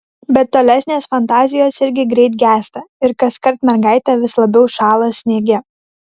bet tolesnės fantazijos irgi greit gęsta ir kaskart mergaitė vis labiau šąla sniege